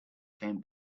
came